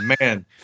Man